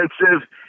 expensive